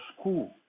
school